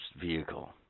vehicle